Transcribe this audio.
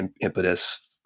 impetus